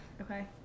Okay